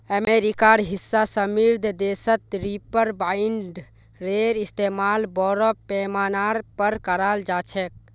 अमेरिकार हिस्सा समृद्ध देशत रीपर बाइंडरेर इस्तमाल बोरो पैमानार पर कराल जा छेक